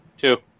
Two